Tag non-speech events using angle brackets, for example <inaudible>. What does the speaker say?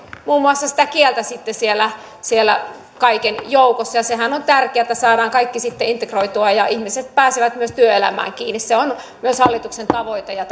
muun muassa sitä kieltä siellä siellä kaiken joukossa ja sehän on tärkeää että saadaan kaikki integroitua ja ihmiset pääsevät myös työelämään kiinni se on myös hallituksen tavoite ja <unintelligible>